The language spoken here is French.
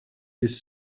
des